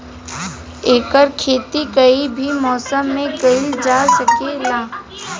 एकर खेती कोई भी मौसम मे कइल जा सके ला